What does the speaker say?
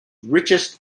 richest